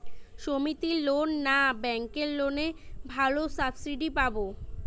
সমিতির লোন না ব্যাঙ্কের লোনে ভালো সাবসিডি পাব?